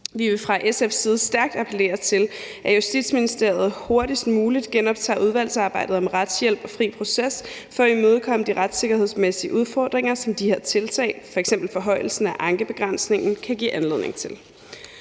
Vi vil fra SF's side stærkt appellere til, at Justitsministeriet hurtigst muligt genoptager udvalgsarbejdet om retshjælp og fri proces for at imødekomme de retssikkerhedsmæssige udfordringer, som de her tiltag, f.eks. forhøjelsen af ankebegrænsningen, kan give anledning til.